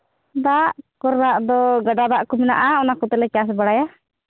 ᱫᱟᱜ ᱠᱚᱨᱮᱱᱟᱜ ᱫᱚ ᱜᱟᱰᱟ ᱫᱟᱜ ᱠᱚ ᱢᱮᱱᱟᱜᱼᱟ ᱚᱱᱟ ᱠᱚᱛᱮ ᱞᱮ ᱪᱟᱥ ᱵᱟᱲᱟᱭᱟ